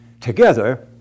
Together